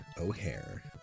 O'Hare